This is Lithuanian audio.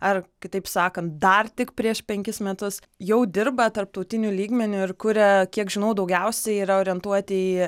ar kitaip sakant dar tik prieš penkis metus jau dirba tarptautiniu lygmeniu ir kuria kiek žinau daugiausiai yra orientuoti į